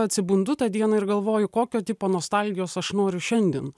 atsibundu tą dieną ir galvoju kokio tipo nostalgijos aš noriu šiandien